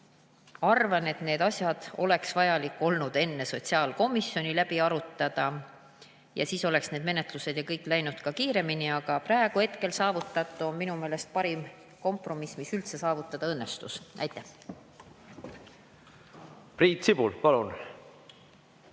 Arvan, et need asjad oleks vajalik olnud enne sotsiaalkomisjoni läbi arutada ja siis oleksid need menetlused ju kõik läinud kiiremini, aga praegu saavutatu on minu meelest parim kompromiss, mis üldse saavutada õnnestus. Aitäh! Priit Sibul, palun!